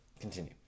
Continue